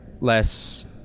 less